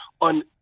on